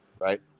right